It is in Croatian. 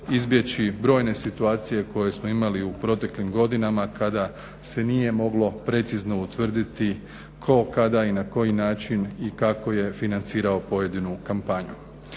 izbjeći brojne situacije koje smo imali u proteklim godinama kada se nije moglo precizno utvrditi tko, kada i na koji način i kako je financirao pojedinu kompaniju.